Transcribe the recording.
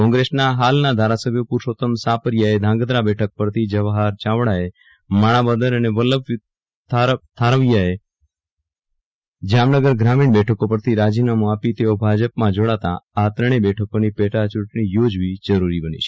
કોંગ્રેસના હાલના ધારાસભ્યો પૂરૂષોત્તમ સાપરિયાએ ધ્રાંગધ્રાં બેઠક પરથી જવાહર ચાવડાએ માણાવદર અને વલ્લભ ધારવીયાએ જામનગર ગ્રામીણ બેઠકો પરથી રાજીનામું આપી તેઓ ભાજપમાં જોડાતા આ ત્રણેય બેઠકોની પેટાચૂંટણી યોજવી જરૂરી બની છે